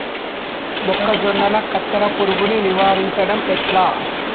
మొక్కజొన్నల కత్తెర పురుగుని నివారించడం ఎట్లా?